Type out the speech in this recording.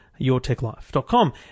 YourTechLife.com